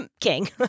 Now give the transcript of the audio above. king